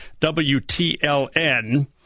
WTLN